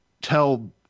tell